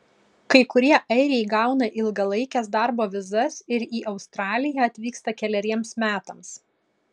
kai kurie airiai gauna ilgalaikes darbo vizas ir į australiją atvyksta keleriems metams